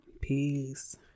peace